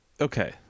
okay